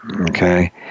Okay